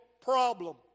problem